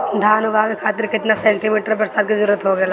धान उगावे खातिर केतना सेंटीमीटर बरसात के जरूरत होखेला?